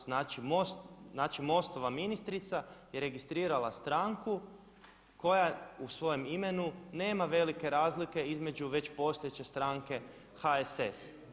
Znači MOST-ova ministrica je registrirala stranku koja u svojem imenu nema velike razlike između već postojeće stranke HSS.